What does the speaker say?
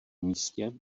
místě